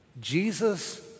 Jesus